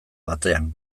batean